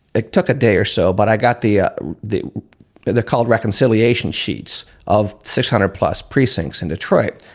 it took a day or so, but i got the ah the the they're called reconciliation sheets of six hundred plus precincts in detroit.